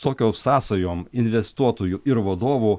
tokiom sąsajom investuotojų ir vadovų